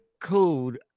code